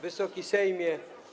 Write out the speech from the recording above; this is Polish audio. Wysoki Sejmie!